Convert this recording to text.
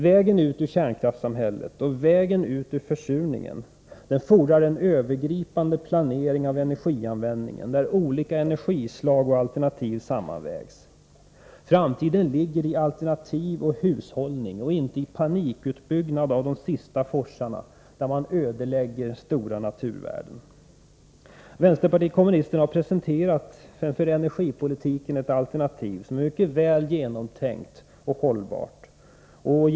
Vägen ut ur kärnkraftssamhället och vägen ut ur försurningen fordrar en övergripande planering av energianvändningen där olika energislag och alternativ sammanvägs. Framtiden ligger i alternativ och hushållning och inte i panikutbyggnad av de sista forsarna, då man ödelägger stora naturvärden. Vänsterpartiet kommunisterna har presenterat ett energipolitiskt alternativ som är mycket väl genomtänkt och hållbart.